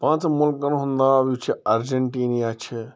پانٛژَن مُلکَن ہنٛد ناو یُس چھُ اَرجَنٹیٖنہ چھُ